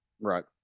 Right